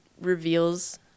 reveals